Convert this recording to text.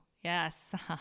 Yes